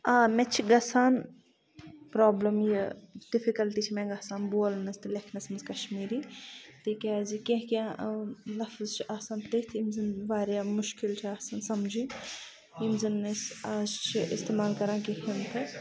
آ مےٚ چھِ گَژھان پرابلَم یہِ ڈِفِکَلٹی چھِ مےٚ گَژھان بولنَس تہٕ لیکھنَس مَنٛز کَشمیٖری تکیازِ کینٛہہ کینٛہہ لفظ چھِ آسان تِتھ یِم زَن واریاہ مُشکِل چھِ آسان سَمجِن یِم زَن أسۍ آز چھِ اِستعمال کَران کِہیٖنۍ تہٕ